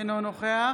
אינו נוכח